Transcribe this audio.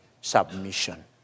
submission